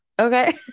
Okay